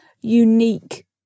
unique